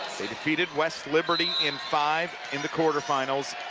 they defeated west liberty in five in the quarterfinals,